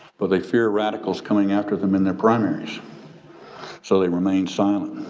but they fear radicals coming after them in their primaries so they remain silent.